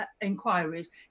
inquiries